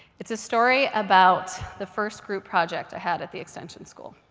it's a story about the first group project i had at the extension school.